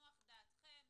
שתנוח דעתכם,